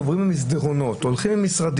עוברים במסדרונות או הולכים במשרדים,